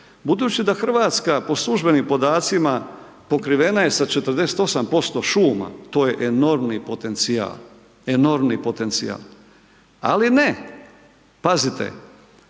Budući da Hrvatska po službenim podacima pokrivena je sa 48% šuma, to je enormni potencijal, enormni potencija, ali ne pazite,